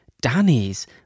danny's